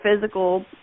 physical